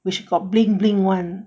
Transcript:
which got bling bling [one]